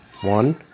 One